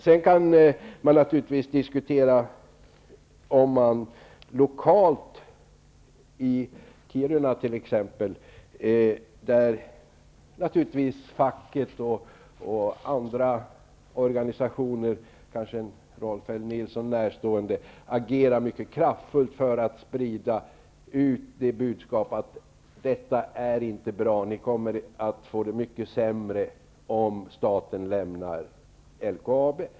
Sedan kan man naturligtvis diskutera om facket och andra organisationer -- kanske Rolf L Nilson närstående -- lokalt, t.ex. i Kiruna, agerar mycket kraftfullt för att sprida ut budskapet att detta inte är bra, att de anställda kommer att få det mycket sämre om staten lämnar LKAB.